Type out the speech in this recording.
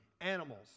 animals